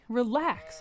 relax